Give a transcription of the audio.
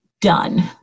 done